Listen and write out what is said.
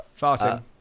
Farting